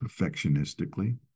perfectionistically